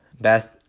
Best